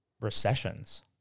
recessions